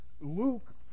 Luke